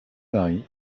marie